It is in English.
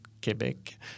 Québec